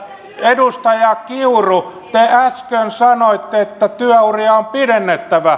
edustaja kiuru te äsken sanoitte että työuria on pidennettävä